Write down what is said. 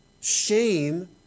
Shame